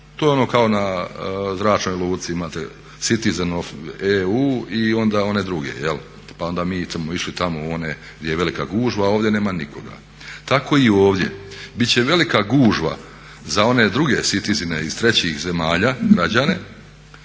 To je ono kao na zračnoj luci imate citizen of EU i onda one druge. Pa onda mi smo išli tamo u one gdje je velika gužva a ovdje nema nikoga. Tako i ovdje. Biti će velika gužva za one druge citizene iz 3. zemalja građane